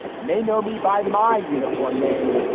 you may know me by my uniform name.